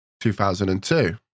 2002